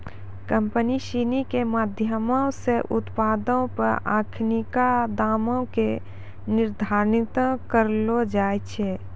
company सिनी के माधयमो से उत्पादो पे अखिनका दामो के निर्धारण करलो जाय छै